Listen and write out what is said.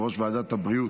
יושב-ראש ועדת הבריאות,